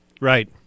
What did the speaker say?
Right